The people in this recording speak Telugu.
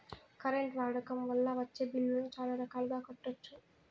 కరెంట్ వాడకం వల్ల వచ్చే బిల్లులను చాలా రకాలుగా కట్టొచ్చు